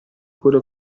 quello